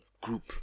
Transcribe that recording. group